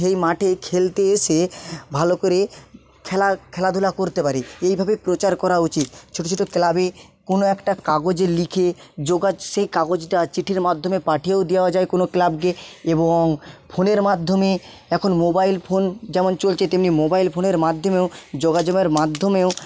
সেই মাঠে খেলতে এসে ভালো করে খেলা খেলাধুলা করতে পারে এইভাবে প্রচার করা উচিত ছোটো ছোটো ক্লাবে কোনো একটা কাগজে লিখে যোগা সেই কাগজটা চিঠির মাধ্যমে পাঠিয়েও দেওয়া যায় কোনো ক্লাবকে এবং ফোনের মাধ্যমে এখন মোবাইল ফোন যেমন চলছে তেমনি মোবাইল ফোনের মাধ্যমেও যোগাযোগের মাধ্যমেও